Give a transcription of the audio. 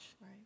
Right